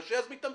אם קשה מתאמצים.